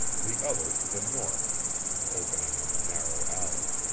the other to the north and opening on the narrow alley.